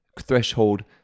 threshold